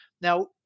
Now